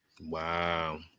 Wow